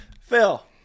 Phil